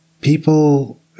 people